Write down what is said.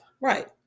Right